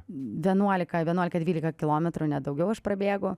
vienuolika vienuolika dvylika kilometrų nedaugiau aš prabėgu